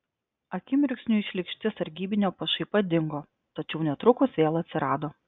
akimirksniui šlykšti sargybinio pašaipa dingo tačiau netrukus vėl atsirado